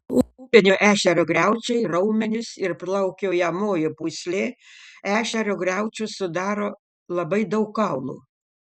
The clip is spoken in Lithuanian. upinio ešerio griaučiai raumenys ir plaukiojamoji pūslė ešerio griaučius sudaro labai daug kaulų